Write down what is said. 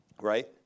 right